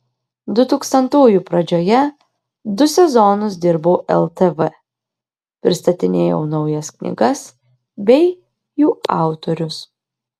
dutūkstantųjų pradžioje du sezonus dirbau ltv pristatinėjau naujas knygas bei jų autorius